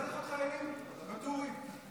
לא צריך עוד חיילים, ואטורי?